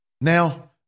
Now